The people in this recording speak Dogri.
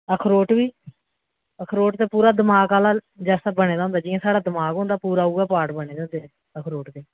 अखरोट बी अखरोट ते पूरा दमाक आह्ला जैसा बने दा होंदा जि'यां साढ़ा दमाक होंदा पूरा उ'ऐ पार्ट बने दे होंदे अखरोट दे